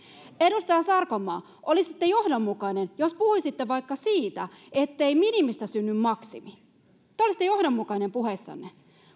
edustaja sarkomaa olisitte johdonmukainen jos puhuisitte vaikka siitä ettei minimistä synny maksimi te olisitte johdonmukainen puheissanne